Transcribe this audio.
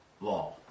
law